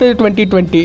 2020